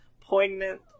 poignant